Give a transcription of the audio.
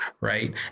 right